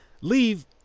leave